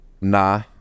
Nah